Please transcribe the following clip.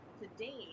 today